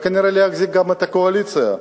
וכנראה להחזיק גם את הקואליציה.